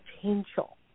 potential